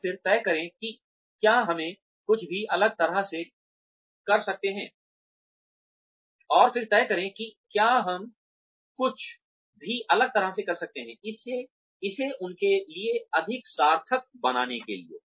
और फिर तय करें कि क्या हम कुछ भी अलग तरह से कर सकते हैं इसे उनके लिए अधिक सार्थक बनाने के लिए